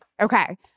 Okay